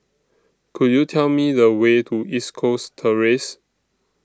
Could YOU Tell Me The Way to East Coast Terrace